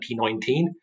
2019